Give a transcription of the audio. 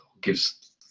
gives